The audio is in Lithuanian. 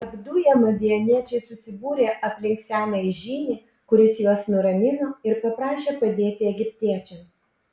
apduję madianiečiai susibūrė aplink senąjį žynį kuris juos nuramino ir paprašė padėti egiptiečiams